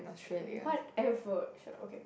whatever shut up okay